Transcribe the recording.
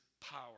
power